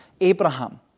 Abraham